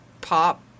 pop